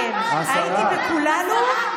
חשובה לי האצבע.